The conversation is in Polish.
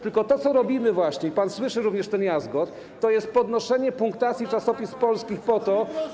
Tylko to, co właśnie robimy - pan słyszy również ten jazgot - to jest podnoszenie punktacji czasopism polskich po to.